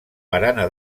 barana